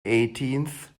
eighteenth